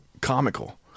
comical